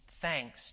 Thanks